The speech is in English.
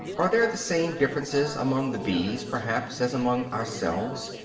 are there the same differences among the bees, perhaps, as among ourselves,